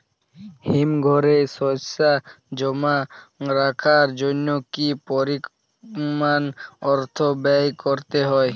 হিমঘরে শসা জমা রাখার জন্য কি পরিমাণ অর্থ ব্যয় করতে হয়?